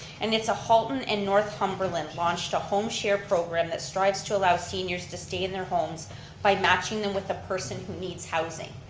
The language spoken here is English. and it's a haulton and north cumberland launch to home share program that strives to allow seniors to stay in their homes by matching them with a person who needs housing.